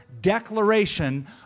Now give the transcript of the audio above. declaration